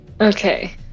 Okay